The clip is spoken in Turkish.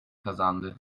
kazandı